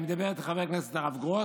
היא מדברת אל חבר הכנסת הרב גרוס,